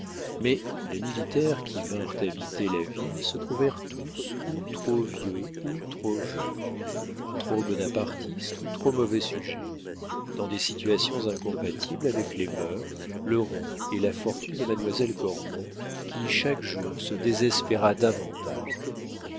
mais les militaires qui vinrent habiter la ville se trouvèrent tous ou trop vieux ou trop jeunes trop bonapartistes ou trop mauvais sujets dans des situations incompatibles avec les mœurs le rang et la fortune de mademoiselle cormon qui chaque jour se désespéra davantage